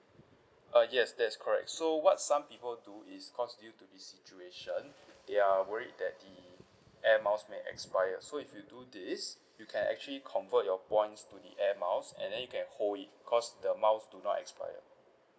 uh yes that's correct so what some people do is cause due to this situation they are worried that the air miles may expire so if you do this you can actually convert your points to the air miles and then you can hold it because the air miles do not expire